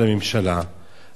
אבל גם נתנה את הצ'אנס.